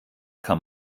kann